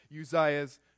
Uzziah's